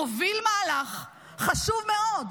מוביל מהלך חשוב מאוד,